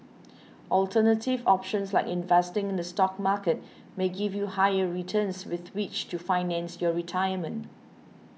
alternative options like investing in the stock market may give you higher returns with which to finance your retirement